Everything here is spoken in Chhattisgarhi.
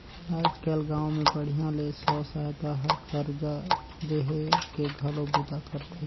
आयज कायल गांव मे बड़िहा ले स्व सहायता हर करजा देहे के घलो बूता करथे